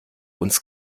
uns